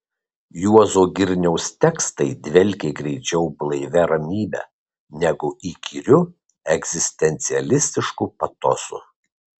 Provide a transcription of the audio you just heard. juozo girniaus tekstai dvelkė greičiau blaivia ramybe negu įkyriu egzistencialistišku patosu